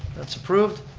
that's approved.